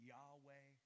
Yahweh